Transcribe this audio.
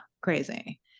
crazy